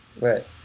Right